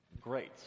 great